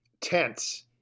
tense